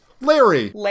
Larry